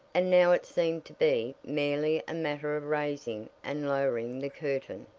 and now it seemed to be merely a matter of raising and lowering the curtain.